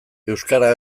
euskara